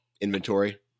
Inventory